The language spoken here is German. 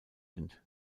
agent